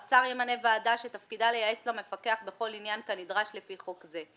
"השר ימנה ועדה שתפקידה לייעץ למפקח בכל עניין כנדרש לפי חוק זה.